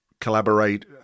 collaborate